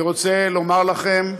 אני רוצה לומר לכם,